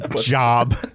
Job